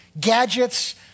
gadgets